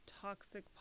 toxic